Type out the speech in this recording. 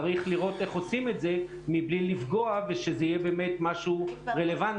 צריך לראות איך עושים את זה מבלי לפגוע ושזה יהיה באמת משהו רלוונטי.